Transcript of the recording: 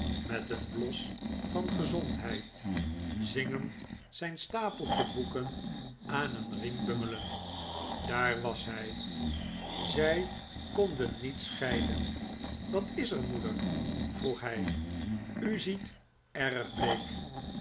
met een bios van gezondheid zingend zijn stapeltje boeken aan een riem bungelend daar was hij zij konden niet scheiden wat is er moeder vroeg hij u ziet erg bleek